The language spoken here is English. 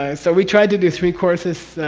ah so we tried to do three courses,